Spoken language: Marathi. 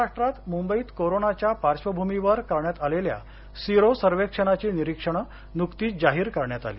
महाराष्ट्रात मुंबईत कोरोनाच्या पार्श्वभूमीवर करण्यात आलेल्या सिरोसर्वेक्षणाची निरिक्षण नुकतीच जाहीर करण्यात आली